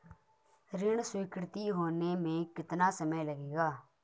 ऋण स्वीकृति होने में कितना समय लगेगा?